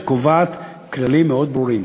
שקובעת כללים מאוד ברורים.